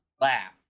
laugh